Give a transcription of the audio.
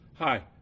Hi